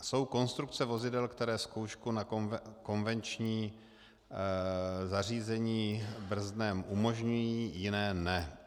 Jsou konstrukce vozidel, které zkoušku na konvenční zařízení brzdném umožňují, jiné ne.